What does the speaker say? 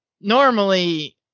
normally